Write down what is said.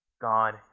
God